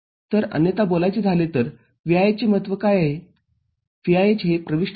तरअन्यथा बोलायचे झाले तर VIH चे काय महत्व आहे